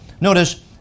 Notice